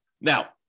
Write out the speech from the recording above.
Now